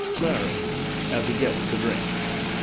larry as he gets the drinks.